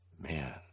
Man